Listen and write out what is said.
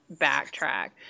backtrack